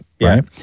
right